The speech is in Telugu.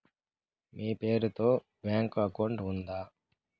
మీ పేరు తో బ్యాంకు అకౌంట్ ఉందా?